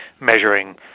measuring